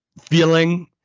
feeling